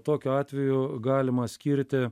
tokiu atveju galima skirti